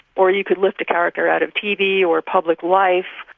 or you could lift a character out of tv or public life.